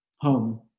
home